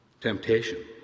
Temptation